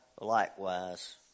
likewise